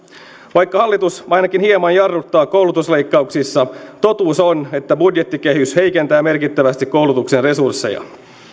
vaikka hallitus ainakin hieman jarruttaa koulutusleikkauksissa totuus on että budjettikehys heikentää merkittävästi koulutuksen resursseja